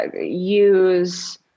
use